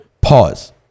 Pause